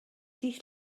dydd